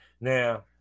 now